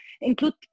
include